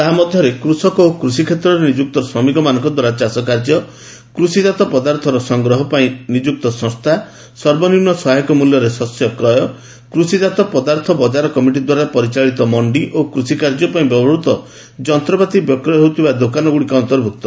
ତାହା ମଧ୍ୟରେ କୃଷକ ଓ କୃଷିକ୍ଷେତ୍ରରେ ନିଯୁକ୍ତ ଶ୍ରମିକମାନଙ୍କ ଦ୍ୱାରା ଚାଷକାର୍ଯ୍ୟ କୃଷିଜାତ ପଦାର୍ଥର ସଂଗ୍ରହ ପାଇଁ ନିଯୁକ୍ତ ସଂସ୍ଥା ସର୍ବନିମ୍ବ ସହାୟକ ମୂଲ୍ୟରେ ଶସ୍ୟ କ୍ରୟ କୃଷିଜାତ ପଦାର୍ଥ ବଜାର କମିଟି ଦ୍ୱାରା ଚାଳିତ ମଣ୍ଡି ଓ କୃଷିକାର୍ଯ୍ୟ ପାଇଁ ବ୍ୟବହୃତ ଯନ୍ତ୍ରପାତି ବିକ୍ରୟ ହେଉଥିବା ଦୋକାନଗୁଡ଼ିକ ଅନ୍ତର୍ଭୁକ୍ତ